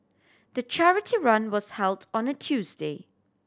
the charity run was held on a Tuesday